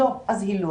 לא, אז היא לא